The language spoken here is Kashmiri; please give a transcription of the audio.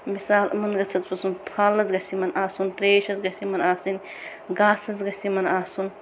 مِثال یِمن گَژھ حظ پوتسن پھل حظ گژھِ یِمن آسُن تریش حظ گژھِ یِمن آسٕنۍ گاسہٕ حظ گژھِ یِمن آسُن